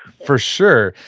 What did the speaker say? for sure.